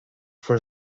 for